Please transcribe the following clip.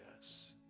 yes